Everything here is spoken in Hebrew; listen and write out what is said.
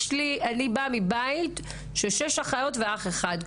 אני באה מבית של שש אחיות ואח אחד.